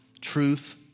truth